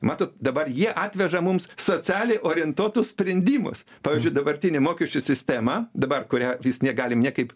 matot dabar jie atveža mums socialiai orientuotus sprendimus pavyzdžiui dabartinė mokesčių sistema dabar kurią vis negalim niekaip